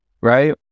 Right